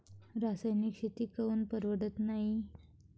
रासायनिक शेती काऊन परवडत नाई?